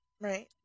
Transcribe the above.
right